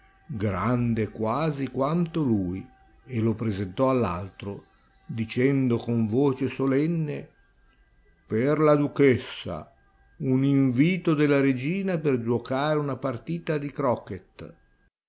grande quasi quanto lui e lo presentò all'altro dicendo con voce solenne per la duchessa un invito della regina per giuocare una partita di croquet